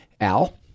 Al—